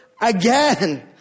Again